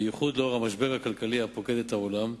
בייחוד לאור המשבר הכלכלי הפוקד את העולם.